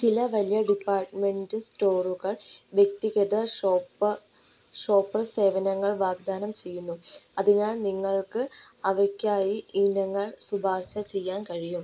ചില വലിയ ഡിപാർട്ട്മെൻറ് സ്റ്റോറുകൾ വ്യക്തിഗത ഷോപ്പ ഷോപ്പർ സേവനങ്ങൾ വാഗ്ദാനം ചെയ്യുന്നു അതിനാൽ നിങ്ങൾക്ക് അവയ്ക്കായി ഇനങ്ങൾ ശുപാർശ ചെയ്യാൻ കഴിയും